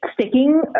sticking